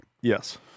Yes